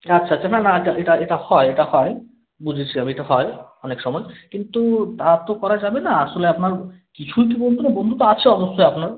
আচ্ছা আচ্ছা না না আচ্ছা এটা এটা হয় এটা হয় বুঝেছি আমি এটা হয় অনেক সময় কিন্তু তা তো করা যাবে না আসলে আপনার কিছুই কি বন্ধু নেই বন্ধু তো বন্ধু তো আছে অবশ্যই আপনার